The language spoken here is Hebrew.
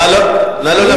נא לא להפריע.